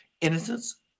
innocence